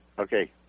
Okay